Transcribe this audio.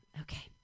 Okay